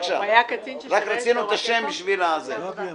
רק רצינו לדעת את השם בשביל הפרוטוקול.